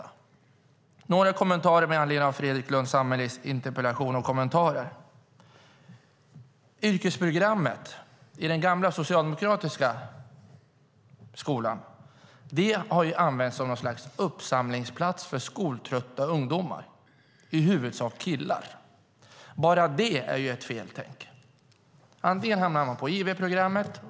Jag har några kommentarer till Fredrik Lundh Sammelis interpellation och inlägg. I den gamla socialdemokratiska skolan användes yrkesprogrammen som en uppsamlingsplats för skoltrötta ungdomar, i huvudsak killar. Bara det är ett feltänk. Var man obehörig hamnade man på IV-programmet.